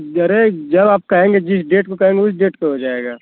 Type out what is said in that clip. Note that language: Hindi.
जरे जब आप कहेंगे जिस डेट को कहेंगे उस डेट पर हो जायेगा